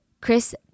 Chris